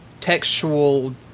textual